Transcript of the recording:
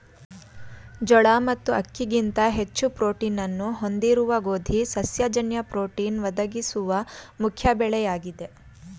ಜೋಳ ಮತ್ತು ಅಕ್ಕಿಗಿಂತ ಹೆಚ್ಚು ಪ್ರೋಟೀನ್ನ್ನು ಹೊಂದಿರುವ ಗೋಧಿ ಸಸ್ಯ ಜನ್ಯ ಪ್ರೋಟೀನ್ ಒದಗಿಸುವ ಮುಖ್ಯ ಬೆಳೆಯಾಗಿದೆ